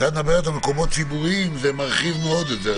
כשאת מדברת על מקומות ציבוריים זה מרחיב את זה מאוד,